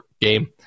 game